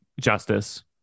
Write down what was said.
justice